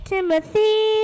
Timothy